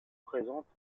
présente